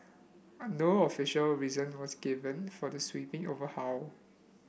an no official reason was given for the sweeping overhaul